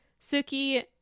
suki